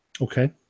Okay